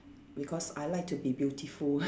because I like to be beautiful